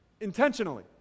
intentionally